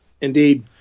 indeed